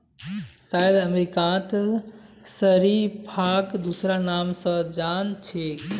शायद अमेरिकात शरीफाक दूसरा नाम स जान छेक